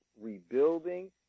rebuilding